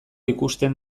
ikusten